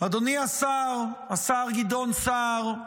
אדוני השר, השר גדעון סער,